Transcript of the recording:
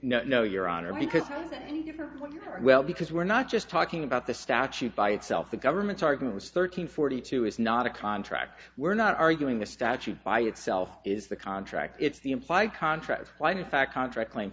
no no your honor because any given well because we're not just talking about the statute by itself the government's argument is thirteen forty two is not a contract we're not arguing the statute by itself is the contract it's the implied contract flight in fact contract claim